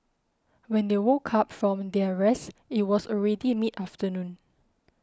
when they woke up from their rest it was already mid afternoon